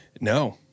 No